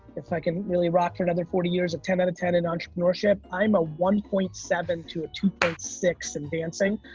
if i can really rock for another forty years of ten out of ten in entrepreneurship, i am a one point seven to a two point six in dancing.